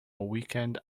weekend